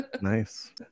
Nice